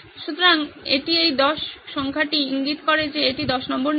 সুতরাং এটি এই 10 সংখ্যাটি ইঙ্গিত করে যে এটি 10 নম্বর নীতি